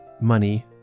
money